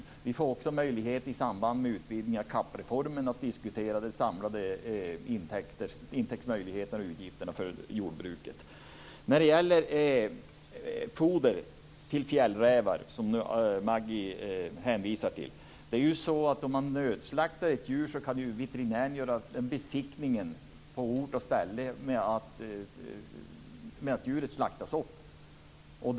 Vi får också i samband med utvidgningen av CAP-reformen möjlighet att diskutera de samlade intäktsmöjligheterna och utgifterna för jordbruket. När det gäller foder till fjällrävar, som Maggi Mikaelsson hänvisar till, är det ju så att om man nödslaktar ett djur kan en veterinär göra besiktningen på ort och ställe. Djuret slaktas upp.